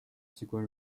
机关